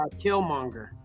Killmonger